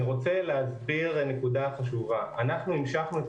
אני רוצה להסביר נקודה חשובה: אנחנו המשכנו את